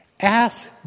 Ask